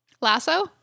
lasso